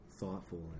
thoughtful